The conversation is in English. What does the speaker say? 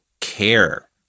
care